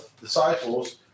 disciples